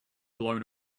blown